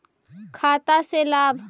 खाता से लाभ?